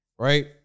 Right